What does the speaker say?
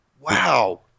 Wow